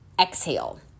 exhale